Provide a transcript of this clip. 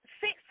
six